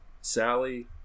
Sally